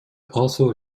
also